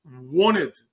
wanted